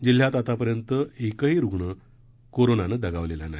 जिल्ह्यात आतापर्यंत एकही कोरोनानं दगावलेला नाही